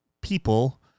people